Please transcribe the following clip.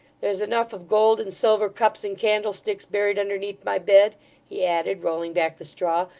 there's enough of gold and silver cups and candlesticks buried underneath my bed he added, rolling back the straw,